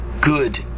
good